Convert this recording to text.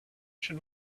should